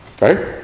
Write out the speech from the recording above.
Right